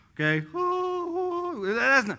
okay